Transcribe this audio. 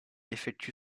effectue